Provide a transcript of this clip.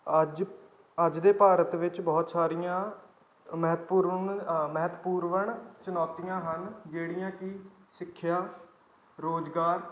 ਅੱਜ ਅੱਜ ਦੇ ਭਾਰਤ ਵਿੱਚ ਬਹੁਤ ਸਾਰੀਆਂ ਮਹਿਤਪੂਰਨ ਮਹੱਤਵਪੂਰਣ ਚੁਣੌਤੀਆਂ ਹਨ ਜਿਹੜੀਆਂ ਕਿ ਸਿੱਖਿਆ ਰੁਜ਼ਗਾਰ